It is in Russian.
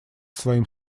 своим